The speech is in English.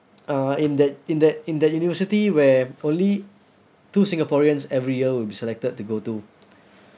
uh in that in that in that university where only two singaporeans every year will be selected to go to